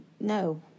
no